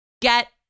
get